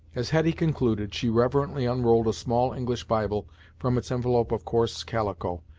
as hetty concluded, she reverently unrolled a small english bible from its envelope of coarse calico,